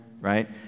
right